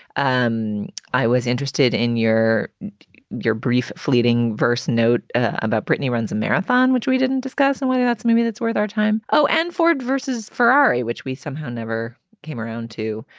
um i was interested in your your brief fleeting verse note about brittny runs a marathon, which we didn't discuss and whether that's maybe that's worth our time. oh, and ford versus ferrari, which we somehow never came around to.